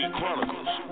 Chronicles